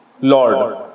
Lord